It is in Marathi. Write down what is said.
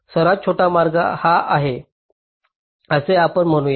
सर्वात छोटा मार्ग हा आहे असे आपण म्हणू या